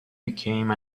became